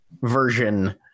version